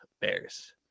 Bears